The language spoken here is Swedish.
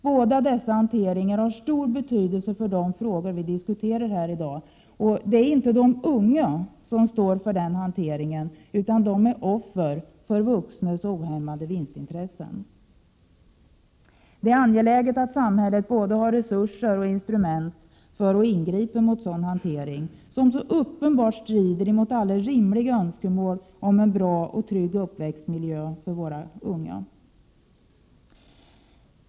Båda dessa hanteringar har stor betydelse för de frågor vi diskuterar här i dag och det är inte de unga som står för den hanteringen. De är offer för vuxnas ohämmade vinstintresse. Det är angeläget att samhället har både instrument och tillräckligt med resurser för att ingripa mot sådan hantering, som så uppenbart strider mot alla rimliga önskemål om en bra och trygg uppväxtmiljö för våra unga.